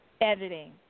editing